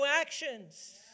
actions